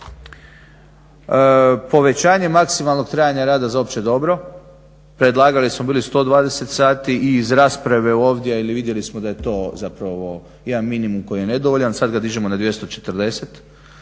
povećanje maksimalnog trajanja rada za opće dobro. Predlagali smo bili 120 sati i iz rasprave ovdje vidjeli smo da je to zapravo jedan minimum koji je nedovoljan. Sad ga dižemo na 240,